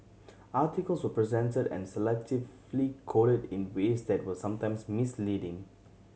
articles were presented and selectively quoted in ways that were sometimes misleading